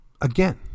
Again